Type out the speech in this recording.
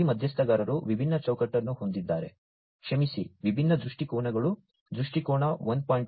ಈ ಮಧ್ಯಸ್ಥಗಾರರು ವಿಭಿನ್ನ ಚೌಕಟ್ಟನ್ನು ಹೊಂದಿದ್ದಾರೆ ಕ್ಷಮಿಸಿ ವಿಭಿನ್ನ ದೃಷ್ಟಿಕೋನಗಳು ದೃಷ್ಟಿಕೋನ 1